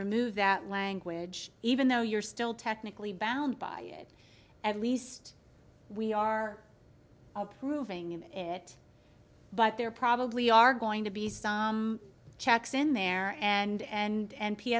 remove that language even though you're still technically bound by it at least we are approved it but there probably are going to be some checks in there and